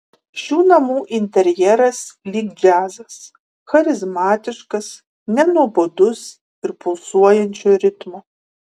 šių namų interjeras lyg džiazas charizmatiškas nenuobodus ir pulsuojančio ritmo